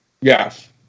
Yes